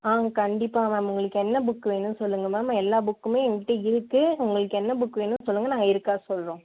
கண்டிப்பாக மேம் உங்களுக்கு என்ன புக் வேணும் சொல்லுங்கள் மேம் எல்லா புக்குமே எங்கள்கிட்ட இருக்கு உங்களுக்கு என்ன புக் வேணும் சொல்லுங்கள் நாங்கள் இருக்கா சொல்கிறோம்